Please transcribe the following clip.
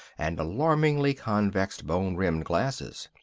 and alarmingly convex bone-rimmed glasses.